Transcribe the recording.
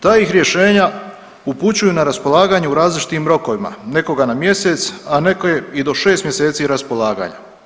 Ta ih rješenja upućuju na raspolaganje u različitim rokovima, nekoga na mjeseca, a neke i do šest mjeseci raspolaganja.